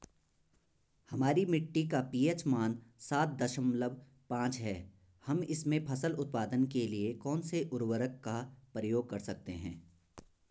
हमारी मिट्टी का पी.एच मान सात दशमलव पांच है हम इसमें फसल उत्पादन के लिए कौन से उर्वरक का प्रयोग कर सकते हैं?